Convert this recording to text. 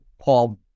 paul